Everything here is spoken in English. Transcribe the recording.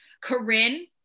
Corinne